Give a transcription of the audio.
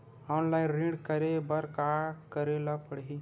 Online ऋण करे बर का करे ल पड़हि?